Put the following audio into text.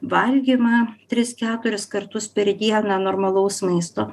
valgymą tris keturis kartus per dieną normalaus maisto